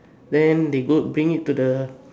then they go bring it to the